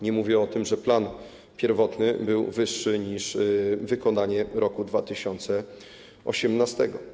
Nie mówię o tym, że plan pierwotny był wyższy niż wykonanie roku 2018.